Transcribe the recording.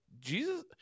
Jesus